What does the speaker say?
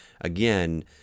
again